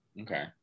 Okay